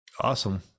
Awesome